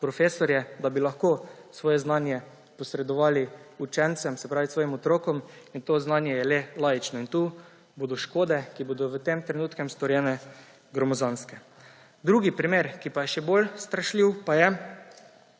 profesorje, da bi lahko svoje znanje posredovali učencem, se pravi svojim otrokom, in to znanje je le laično. Tu bodo škode, ki bodo v tem trenutku storjene, gromozanske. Drugi primer, ki je še bolj strašljiv, pa je,